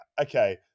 okay